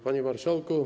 Panie Marszałku!